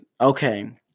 okay